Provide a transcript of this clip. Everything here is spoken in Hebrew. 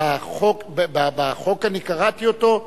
החוק, קראתי אותו,